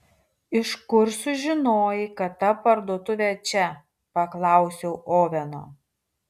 iš kur sužinojai kad ta parduotuvė čia paklausiau oveno